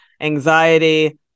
anxiety